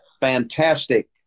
fantastic